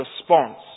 response